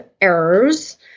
errors